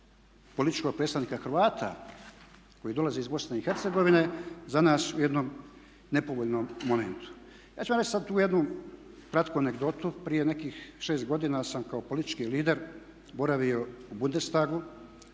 političkog predstavnika Hrvata koji dolaze iz Bosne i Hercegovine, za nas u jednom nepovoljnom momentu. Ja ću vam reći sada tu jednu kratku anegdotu. Prije nekih 6 godina sam kao politički lider boravio u Bundestagu